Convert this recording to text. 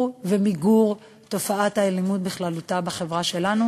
ומיגור של תופעת האלימות בכללותה בחברה שלנו.